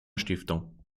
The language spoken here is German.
stiftung